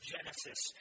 Genesis